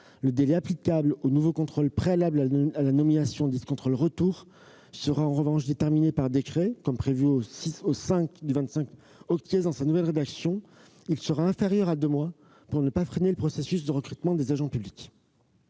Le délai applicable au nouveau contrôle préalable à la nomination dit « contrôle retour » sera, en revanche, déterminé par décret, comme le prévoit le paragraphe V de l'article 25 dans sa nouvelle rédaction. Ce délai sera inférieur à deux mois pour ne pas freiner le processus de recrutement des agents publics.